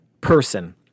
person